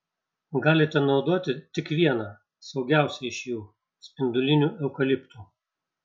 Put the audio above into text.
galite naudoti tik vieną saugiausią iš jų spindulinių eukaliptų